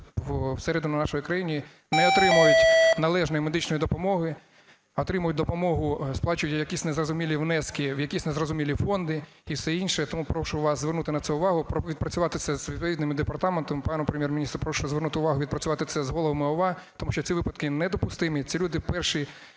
всередину нашої країн, не отримують належної медичної допомоги, отримують допомогу, сплачують якісь незрозумілі внески в якісь незрозумілі фонди і все інше. Тому прошу вас звернути на це увагу, відпрацювати це з відповідним департаментом. Пана Прем’єр-міністра прошу звернути увагу, відпрацювати це з головами ОВА, тому що ці випадки недопустимі, ці люди перші,